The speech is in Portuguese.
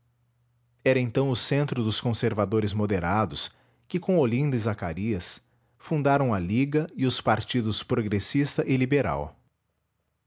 era então o centro dos conservadores moderados que com olinda e zacarias fundaram a liga e os www nead unama br partidos progressista e liberal